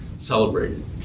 celebrated